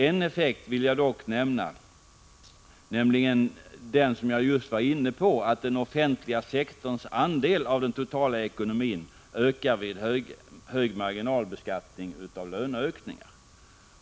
En effekt vill jag dock nämna — jag var nyss inne på den saken —, nämligen att den offentliga sektorns andel av den totala ekonomin ökar vid hög marginalbeskattning av löneökningar.